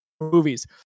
movies